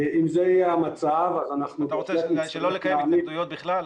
אתה רוצה שלא לקיים התנגדויות בכלל?